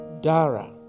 Dara